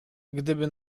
gdyby